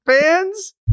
fans